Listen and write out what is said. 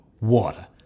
water